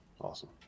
Awesome